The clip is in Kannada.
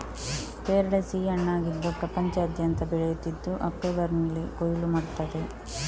ಪೇರಳೆ ಸಿಹಿ ಹಣ್ಣಾಗಿದ್ದು ಪ್ರಪಂಚದಾದ್ಯಂತ ಬೆಳೆಯುತ್ತಿದ್ದು ಅಕ್ಟೋಬರಿನಲ್ಲಿ ಕೊಯ್ಲು ಮಾಡ್ತಾರೆ